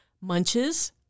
munches